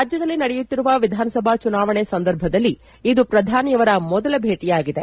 ರಾಜ್ಯದಲ್ಲಿ ನಡೆಯುತ್ತಿರುವ ವಿಧಾನಸಭಾ ಚುನಾವಣೆಯ ಸಂದರ್ಭದಲ್ಲಿ ಇದು ಪ್ರಧಾನಿಯವರ ಮೊದಲ ಭೇಟಿಯಾಗಿದೆ